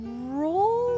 Roll